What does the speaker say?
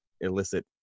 illicit